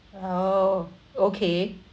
oh okay